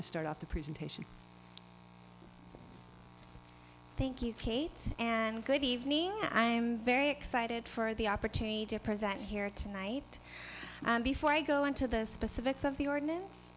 to start off the presentation thank you kate and good evening i'm very excited for the opportunity to present here tonight and before i go into the specifics of the ordinance